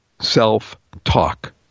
self-talk